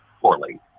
poorly